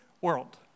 world